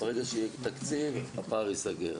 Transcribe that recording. ברגע שיהיה תקציב, הפער ייסגר.